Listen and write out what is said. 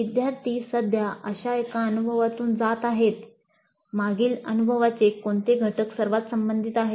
विद्यार्थी सध्या अशा एका अनुभवातून जात आहेत मागील अनुभवाचे कोणते घटक सर्वात संबंधित आहेत